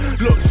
Look